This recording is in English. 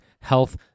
health